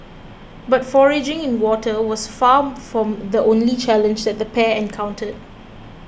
but foraging water was far from the only challenge that the pair encountered